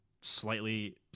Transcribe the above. slightly